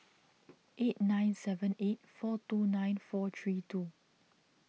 eight nine seven eight four two nine four three two